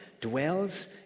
dwells